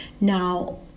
Now